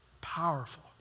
powerful